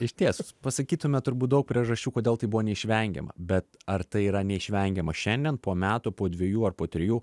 išties pasakytume turbūt daug priežasčių kodėl tai buvo neišvengiama bet ar tai yra neišvengiama šiandien po metų po dviejų ar po trijų